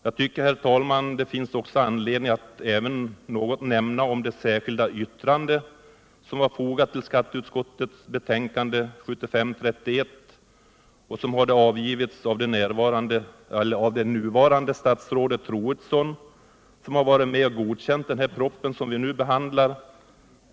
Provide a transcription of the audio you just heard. Jag tycker, herr talman, att det också finns anledning att nämna något om det särskilda yttrande som var fogat till skatteutskouets betänkande 1975:31. Det hade avgivits av nuvarande statsrådet Troedsson, som har varit med och godkänt den proposition som vi nu behandlar.